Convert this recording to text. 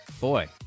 Boy